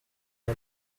may